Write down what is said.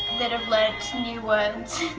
that have learned new words.